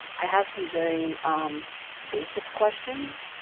i have some very basic questions